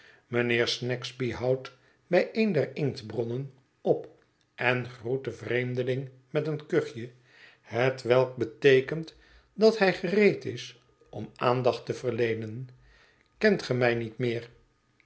mijnheer snagsby houdt bij een der inktbronnen op en groet den vreemdeling met een kuchje hetwelk beteekent dat hij gereed is om aandacht te verleenen kent ge mij niet meer